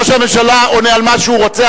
ראש הממשלה עונה על מה שהוא רוצה.